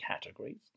categories